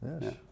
Yes